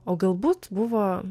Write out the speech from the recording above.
o galbūt buvo